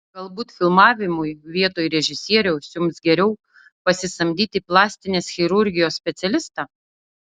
galbūt filmavimui vietoj režisieriaus jums geriau pasisamdyti plastinės chirurgijos specialistą